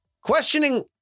questioning